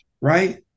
right